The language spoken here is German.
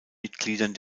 mitgliedern